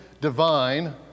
divine